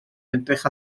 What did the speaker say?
edrych